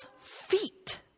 feet